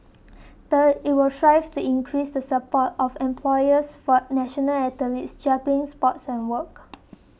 third it will strive to increase the support of employers for national athletes juggling sports and work